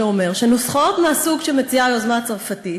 שנוסחאות מהסוג שמציעה היוזמה הצרפתית